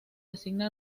asigna